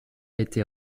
été